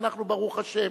ואנחנו ברוך השם